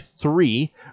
three